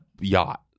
yacht